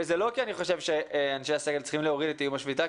וזה לא כי אני חושב שאנשי הסגל צריכים להוריד את איום השביתה,